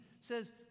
says